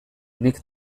nik